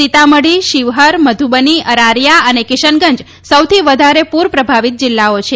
સીતામઢી શિવહર મધુબની ચરારીયા અને કિશનગંજ સૌથી વધારે પુર પ્રભાવિત જિલ્લાઓ છે